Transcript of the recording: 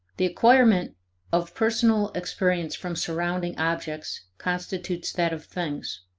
the acquirement of personal experience from surrounding objects constitutes that of things.